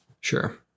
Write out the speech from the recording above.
Sure